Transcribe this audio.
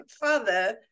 father